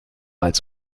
als